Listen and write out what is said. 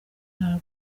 nta